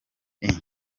eng